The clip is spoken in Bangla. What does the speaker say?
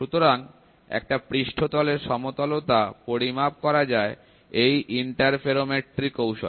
সুতরাং একটা পৃষ্ঠতলের সমতলতা পরিমাপ করা যায় এই ইন্টারফেরোমেট্রি কৌশলে